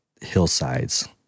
hillsides